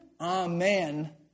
Amen